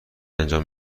انجام